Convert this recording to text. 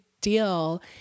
deal